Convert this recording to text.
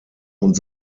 und